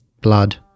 blood